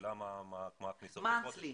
השאלה מה הכניסות בחודש.